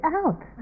out